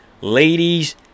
Ladies